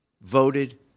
voted